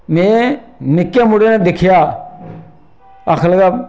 में निक्के मुड़े न दिक्खेआ आखन लगा